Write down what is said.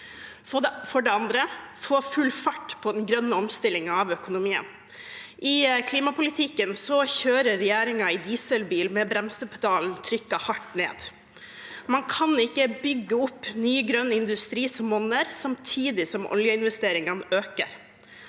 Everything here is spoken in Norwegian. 2. Få full fart på den grønne omstillingen av økonomien. I klimapolitikken kjører regjeringen i dieselbil med bremsepedalen trykket hardt ned. Man kan ikke bygge opp ny grønn industri som monner samtidig som oljeinvesteringene øker.